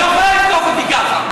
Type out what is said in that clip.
היא לא יכולה לתקוף אותי כך.